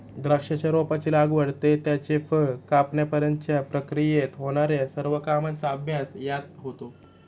द्राक्षाच्या रोपाची लागवड ते त्याचे फळ कापण्यापर्यंतच्या प्रक्रियेत होणार्या सर्व कामांचा अभ्यास यात होतो